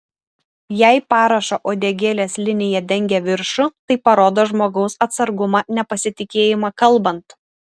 jei parašo uodegėlės linija dengia viršų tai parodo žmogaus atsargumą nepasitikėjimą kalbant